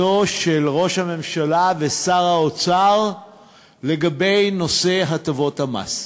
ראש הממשלה ושר האוצר בנושא הטבות המס.